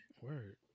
Word